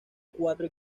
cuatro